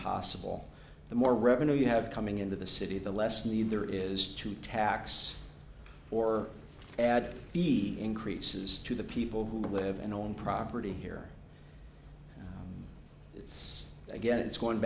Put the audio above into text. possible the more revenue you have coming into the city the less the there is to tax or add the increases to the people who live and own property here it's again it's going